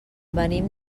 venim